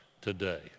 today